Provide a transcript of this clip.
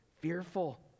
fearful